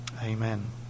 Amen